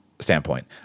standpoint